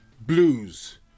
blues